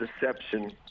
deception